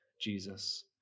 Jesus